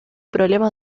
problemas